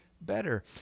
Better